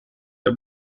the